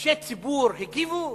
אישי ציבור הגיבו?